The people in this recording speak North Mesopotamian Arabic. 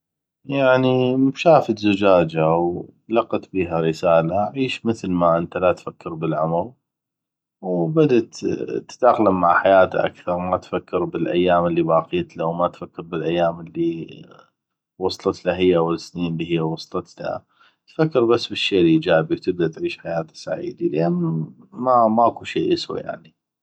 يعني شافت زجاجه ولقت بيها رساله عيش مثل ما انته لا تفكر بالعمغ وبدت تتاقلم مع حياته اكثغ وما تفكر بالايام اللي بقيتله وما تفكر بالايام اللي وصلتله هيه وبالسنين الوصلتله تفكر بس بالشي الايجابي وتبدا تعيش حياته سعيدي لان ماكو شي يسوى يعني